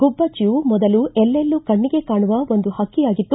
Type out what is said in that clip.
ಗುಬ್ಬಚ್ಚಯು ಮೊದಲು ಎಲೆಲ್ಲೂ ಕಣ್ಣಿಗೆ ಕಾಣುವ ಒಂದು ಹಕ್ಕಿಯಾಗಿತ್ತು